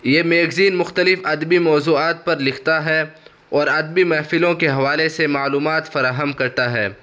یہ میگزین مختلف ادبی موضوعات پر لکھتا ہے اور ادبی محفلوں کے حوالے سے معلومات فراہم کرتا ہے